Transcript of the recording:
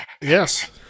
yes